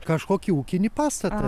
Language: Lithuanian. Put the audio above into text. kažkokį ūkinį pastatą